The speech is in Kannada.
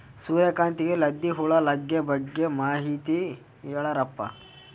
ಸೂರ್ಯಕಾಂತಿಗೆ ಲದ್ದಿ ಹುಳ ಲಗ್ಗೆ ಬಗ್ಗೆ ಮಾಹಿತಿ ಹೇಳರಪ್ಪ?